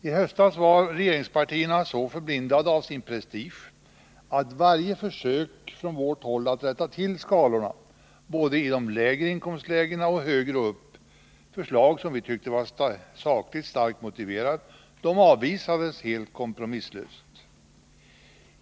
I höstas var regeringspartierna så förblindade av sin prestige att varje försök från vårt håll att rätta till skalorna både i de lägre inkomstlägena och högre upp — förslag som vi tyckte var sakligt starkt motiverade — avvisades helt kompromisslöst.